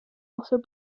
also